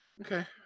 Okay